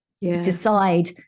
decide